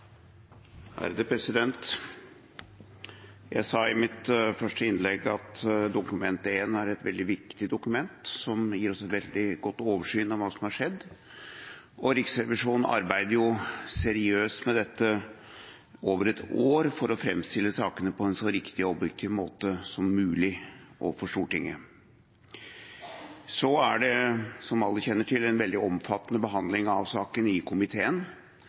et veldig viktig dokument, som gir oss veldig godt oversyn over hva som har skjedd. Riksrevisjonen arbeider seriøst med dette over et år for å framstille sakene på en så riktig og objektiv måte som mulig overfor Stortinget. Så er det, som alle kjenner til, en veldig omfattende behandling av saken i komiteen.